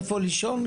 איפה לישון?